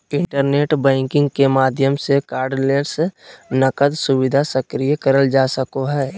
internet banking के माध्यम से कार्डलेस नकद सुविधा सक्रिय करल जा सको हय